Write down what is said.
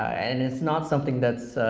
and it's not something that's